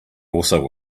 also